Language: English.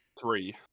Three